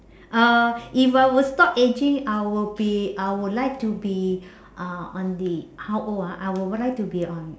uh if I were stop aging I will be I would like to be uh on the how old ah I would like to be on